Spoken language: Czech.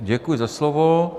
Děkuji za slovo.